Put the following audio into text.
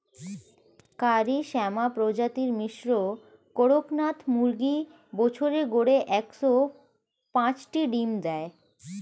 কারি শ্যামা প্রজাতির মিশ্র কড়কনাথ মুরগী বছরে গড়ে একশ পাঁচটি ডিম দেয়